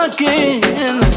Again